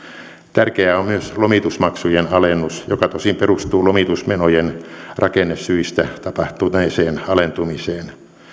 tärkeä on myös lomitusmaksujen alennus joka tosin perustuu lomitusmenojen rakennesyistä tapahtuneeseen alentumiseen